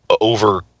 over